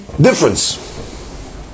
difference